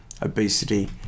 obesity